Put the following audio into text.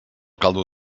caldo